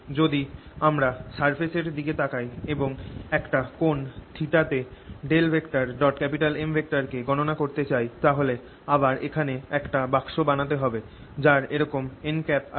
যদি আমরা সারফেস এর দিকে তাকাই এবং একটা কোণ θ তে M কে গণনা করতে চাই তাহলে আবার এখানে একটা বাক্স বানাতে হবে যার এরকম n আছে